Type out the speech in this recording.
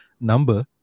number